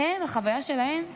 הם, החוויה שלהם היא: